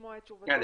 בציבור,